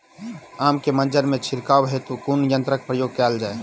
आम केँ मंजर मे छिड़काव हेतु कुन यंत्रक प्रयोग कैल जाय?